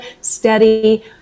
steady